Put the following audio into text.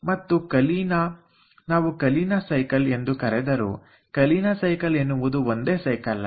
ಮತ್ತು ಕಲೀನಾ ನಾವು Kalina cycle ಎಂದು ಕರೆದರೂಕಲೀನಾ ಸೈಕಲ್ ಎನ್ನುವುದು ಒಂದೇ ಸೈಕಲ್ ಅಲ್ಲ